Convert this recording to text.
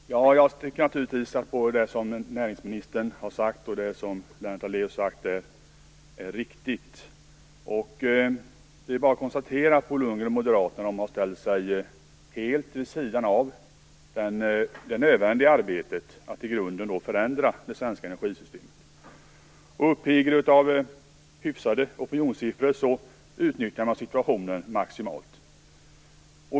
Herr talman! Jag tycker naturligtvis att både det som näringsministern sagt och det som Lennart Daléus sagt är riktigt. Det är bara att konstatera att Bo Lundgren och Moderaterna helt har ställt sig vid sidan av det nödvändiga arbetet att i grunden förändra det svenska energisystemet. Uppiggade av hyfsade opinionssiffror utnyttjar man situationen maximalt.